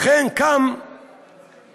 לכן קם רוזוולט,